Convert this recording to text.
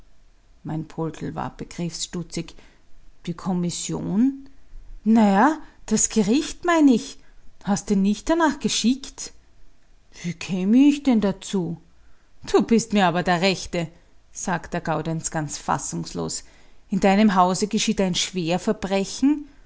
mein poldl war begriffsstutzig die kommission na ja das gericht mein ich hast denn nicht danach geschickt wie käme ich denn dazu du bist mir aber der rechte sagt der gaudenz ganz fassungslos in deinem hause geschieht ein schwerverbrechen